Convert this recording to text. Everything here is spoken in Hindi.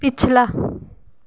पिछला